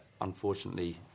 unfortunately